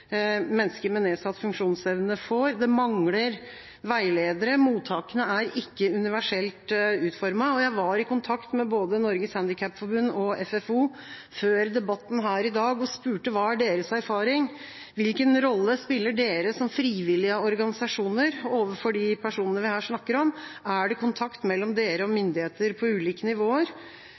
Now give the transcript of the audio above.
mennesker med nedsatt funksjonsevne får. Det mangler veiledere. Mottakene er ikke universelt utformet. Jeg var i kontakt med både Norges Handikapforbund og FFO før debatten her i dag og spurte: Hva er deres erfaring? Hvilken rolle spiller dere som frivillige organisasjoner overfor de personene vi her snakker om? Er det kontakt mellom dere og myndigheter på ulike nivåer?